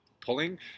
Pulling